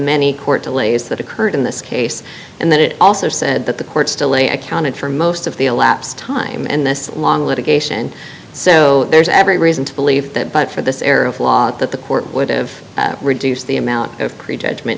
many court delays that occurred in this case and that it also said that the court's delay accounted for most of the elapsed time and this long litigation so there's every reason to believe that but for this error of law that the court would have reduced the amount of pre judgment